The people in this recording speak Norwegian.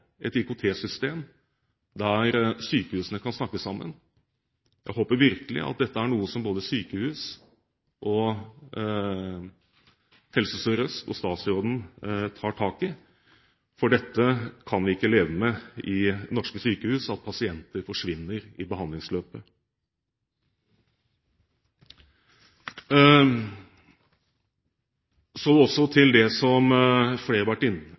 et IKT-system der sykehusene kan snakke sammen. Jeg håper virkelig at dette er noe både sykehus, Helse Sør-Øst RHF og statsråden tar tak i, for dette kan vi ikke leve med i norske sykehus – at pasienter forsvinner i behandlingsløpet. Til det som flere har vært inne